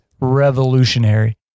revolutionary